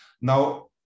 Now